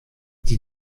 die